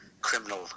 criminal